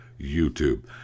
YouTube